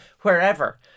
wherever